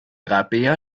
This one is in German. rabea